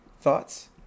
thoughts